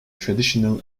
traditional